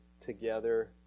together